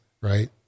right